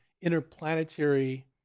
interplanetary